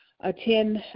attend